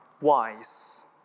wise